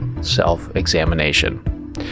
self-examination